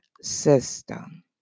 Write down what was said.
system